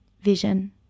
vision